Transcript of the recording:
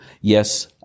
Yes